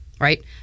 right